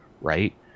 right